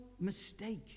mistake